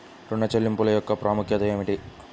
ఋణ చెల్లింపుల యొక్క ప్రాముఖ్యత ఏమిటీ?